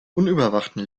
unüberwachten